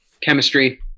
chemistry